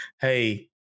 hey